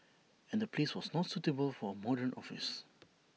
and the place was not suitable for A modern office